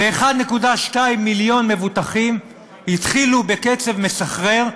ו-1.2 מיליון מבוטחים התחילו, בקצב מסחרר,